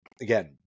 Again